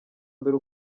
mbere